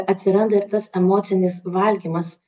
atsiranda ir tas emocinis valgymas